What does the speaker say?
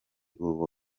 urwo